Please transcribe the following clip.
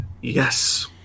yes